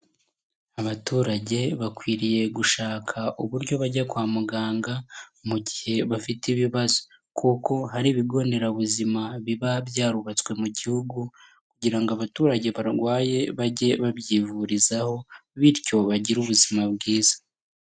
Abaturage bakwiriye gushaka uburyo bajya kwa muganga mu gihe bafite ibibazo. Kuko hari Ibigo Nderabuzima biba byarubatswe mu Gihugu, kugira ngo abaturage barwaye bajye babyivurizaho bityo bagire ubuzima bwiza.